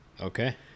Okay